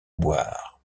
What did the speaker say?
boire